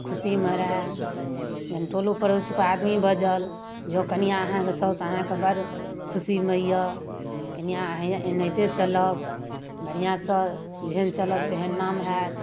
खुशीमे रहै जहन टोलो पड़ोसके आदमी बजल जँ कनिआ अहाँके साउस अहाँके बड़ खुशीमे अइ कनिआ एनाहिते चलब बढ़िआँसँ जेहन चलब तेहन नाम हैत